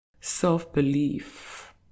self-belief